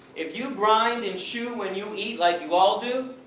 if you grind and chew when you eat, like you all do,